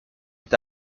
est